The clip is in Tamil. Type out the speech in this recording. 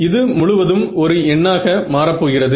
இது முழுவதும் ஒரு எண்ணாக மாறப்போகிறது